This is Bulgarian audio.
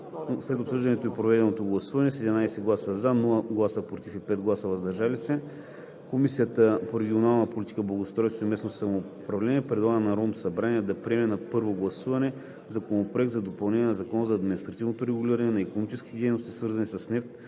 След обсъждането и проведеното гласуване с 11 гласа „за“, без „против“ и 5 гласа „въздържал се“ Комисията по регионална политика, благоустройство и местно самоуправление предлага на Народното събрание да приеме на първо гласуване Законопроект за допълнение на Закона за административното регулиране на икономическите дейности, свързани с нефт